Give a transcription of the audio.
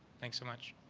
thanks so much.